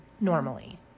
normally